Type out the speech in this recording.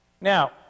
Now